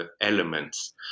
elements